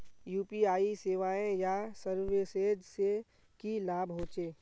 UPI सेवाएँ या services से की लाभ होचे?